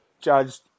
judged